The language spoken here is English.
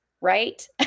right